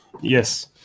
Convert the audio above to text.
Yes